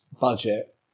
budget